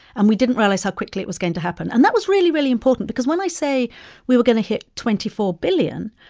and we didn't realize how quickly it was going to happen. and that was really, really important because when i say we were going to hit twenty four billion,